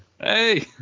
Hey